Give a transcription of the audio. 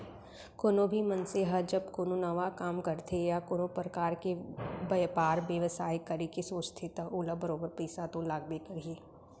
कोनो भी मनसे ह जब कोनो नवा काम करथे या कोनो परकार के बयपार बेवसाय करे के सोचथे त ओला बरोबर पइसा तो लागबे करही